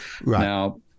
Now